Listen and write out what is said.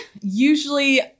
Usually